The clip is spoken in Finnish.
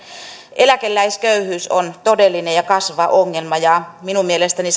eläkeläisköyhyys on todellinen ja kasvava ongelma ja minun mielestäni